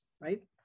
right